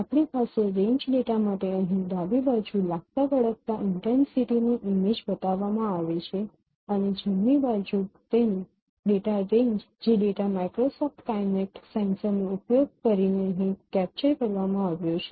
આપણી પાસે range data માટે અહીં ડાબી બાજુ લાગતાવળગતા ઇન્ટેન્સિટી ની ઇમેજ બતાવવામાં આવી છે અને જમણી બાજુ તેનો ડેટા રેન્જ જે ડેટા માઇક્રોસોફ્ટ કાઈનેક્ટ સેન્સરનો ઉપયોગ કરીને અહીં કેપ્ચર કરવામાં આવ્યો છે